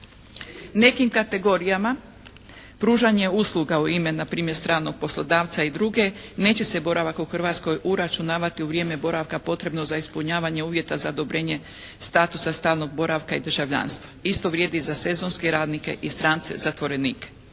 Nekim kategorijama pružanje usluga u ime npr. stranog poslodavca i druge neće se boravak u Hrvatskoj uračunavati u vrijeme boravka potrebno za ispunjavanje uvjeta za odobrenje statusa stalnog boravka i državljanstva. Isto vrijedi i za sezonske radnike i strance zatvorenike.